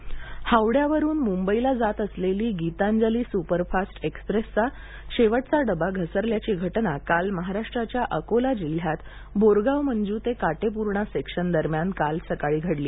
गीतांजलि हावड्यावरुन मुंबईला जात असलेली गीतांजली सुपरफास्ट एक्सप्रेसचा शेवटचा डबा घसल्याची घटना काल महाराष्ट्राच्या अकोला जिल्ह्यात बोरगाव मंजू ते काटेपूर्णा सेक्शन दरम्यान काल सकाळी घडली